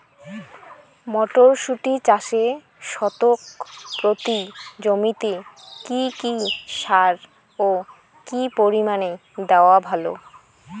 মটরশুটি চাষে শতক প্রতি জমিতে কী কী সার ও কী পরিমাণে দেওয়া ভালো?